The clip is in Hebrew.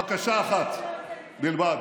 בקשה אחת בלבד.